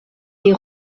des